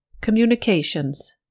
Communications